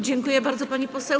Dziękuję bardzo, pani poseł.